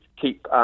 keep